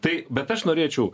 tai bet aš norėčiau